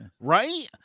right